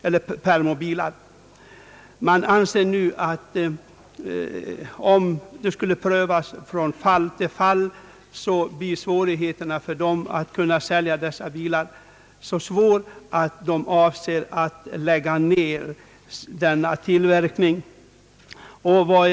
Man anser emellertid att om prövning skall ske från fall till fall blir svårigheterna att sälja dessa bilar så stora att man avser att lägga ned tillverkningen av dem.